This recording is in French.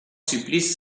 supplice